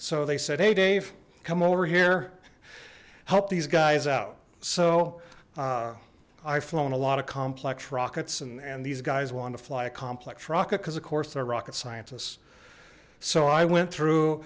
so they said hey dave come over here help these guys out so i've flown a lot of complex rockets and and these guys will want to fly a complex rocket because of course their rocket scientists so i went through